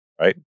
right